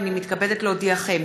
הינני מתכבדת להודיעכם,